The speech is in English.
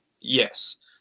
Yes